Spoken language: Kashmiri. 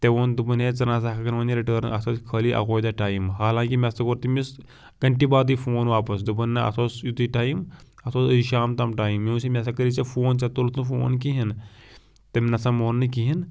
تٔمۍ ووٚن دوٚپُن ہے ژٕ نسا ہیٚکَن وۄنۍ یہِ رِٹٲرن خٲلی اکوٚے دۄہ ٹایم حالانکہِ مےٚ ہسا کوٚر تٔمِس گنٹہِ بعدٕے فون واپَس دوٚپُن نہ اَتھ اوس یُتُے ٹایم اَتھ اوس أزۍ شام تام ٹایم مےٚ دوٚپُس ہے مےٚ ہسا کٔری ژےٚ فون ژےٚ تُلُتھ نہٕ فون کِہِنۍ تٔمۍ نسا مون نہٕ کِہِنۍ